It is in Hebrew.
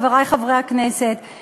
חברי חברי הכנסת,